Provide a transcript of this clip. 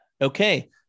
Okay